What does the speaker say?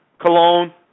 Cologne